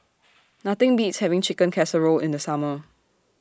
Nothing Beats having Chicken Casserole in The Summer